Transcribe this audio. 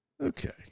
Okay